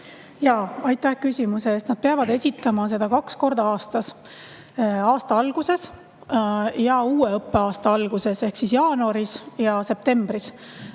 Aitäh küsimuse eest! Nad peavad seda esitama kaks korda aastas, aasta alguses ja uue õppeaasta alguses ehk siis jaanuaris ja septembris.